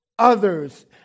Others